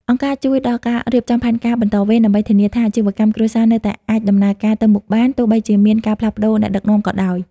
អង្គការជួយដល់ការរៀបចំផែនការបន្តវេន ដើម្បីធានាថាអាជីវកម្មគ្រួសារនៅតែអាចដំណើរការទៅមុខបាន ទោះបីជាមានការផ្លាស់ប្តូរអ្នកដឹកនាំក៏ដោយ។